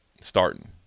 starting